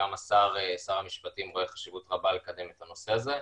גם שר המשפטים רואה חשיבות רבה לקדם את הנושא הזה,